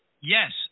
yes